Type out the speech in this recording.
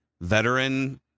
veteran